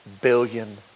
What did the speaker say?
billion